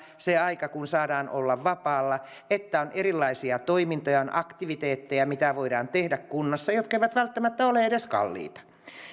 se aika kun saadaan olla vapaalla että on erilaisia toimintoja on aktiviteetteja mitä voidaan tehdä kunnassa ja jotka eivät välttämättä ole edes kalliita